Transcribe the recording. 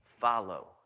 Follow